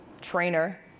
trainer